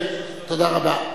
כן, תודה רבה.